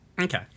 Okay